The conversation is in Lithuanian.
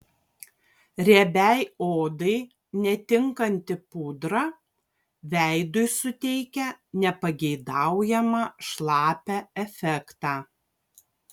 riebiai odai netinkanti pudra veidui suteikia nepageidaujamą šlapią efektą